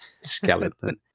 skeleton